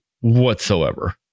Whatsoever